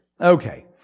Okay